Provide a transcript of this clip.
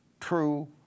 true